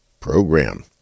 program